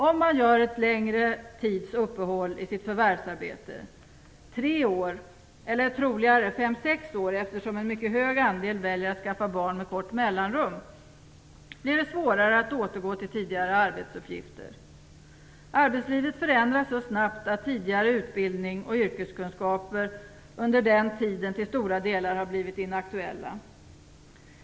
Om man gör en längre tids uppehåll i sitt förvärvsarbete - tre år, eller troligare 5-6 år, eftersom en mycket hög andel väljer att skaffa barn med kort mellanrum - är det svårare att återgå till tidigare arbetsuppgifter. Arbetslivet förändras så snabbt att tidigare utbildning och yrkeskunskaper under den tiden till stora delar har blivit inaktuella.